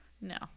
No